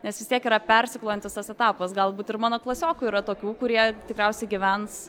nes vis tiek yra persiklojantis tas etapas galbūt ir mano klasiokų yra tokių kurie tikriausiai gyvens